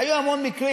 היו המון מקרים,